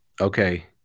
Okay